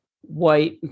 white